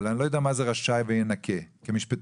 אבל אני לא יודע מה זה "רשאי" ו"ינכה" כמשפטן,